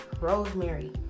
rosemary